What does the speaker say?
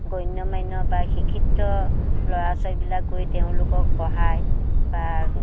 গণ্য মান্য বা শিক্ষিত ল'ৰা ছোৱালীবিলাক গৈ তেওঁলোকক পঢ়ায় বা